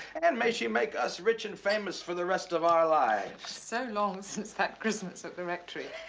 and may she make us rich and famous for the rest of our lives. so long since that christmas at the rectory.